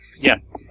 Yes